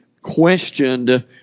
questioned